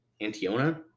Antiona